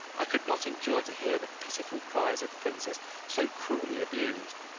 i could not endure to hear the pitiful cries of the princess so cruelly abused.